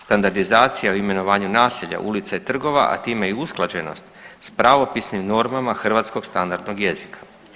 Standardizacija o imenovanju naselja, ulica i trgova, a time i usklađenost sa pravopisnim normama hrvatskog standardnog jezika.